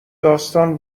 داستان